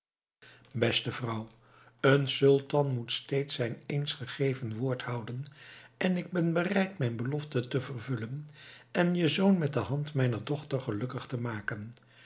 beste vrouw een sultan moet steeds zijn eens gegeven woord houden en ik ben bereid mijn belofte te vervullen en je zoon met de hand mijner dochter gelukkig te maken